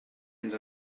ens